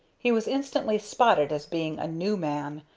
he was instantly spotted as being a new man,